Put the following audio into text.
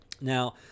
Now